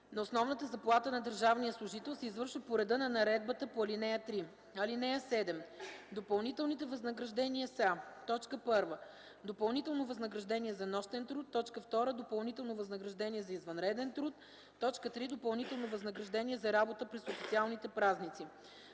на основната заплата на държавния служител се извършва по реда на наредбата по ал. 3. (7) Допълнителните възнаграждения са: 1. допълнително възнаграждение за нощен труд; 2. допълнително възнаграждение за извънреден труд; 3. допълнително възнаграждение за работа през официалните празници;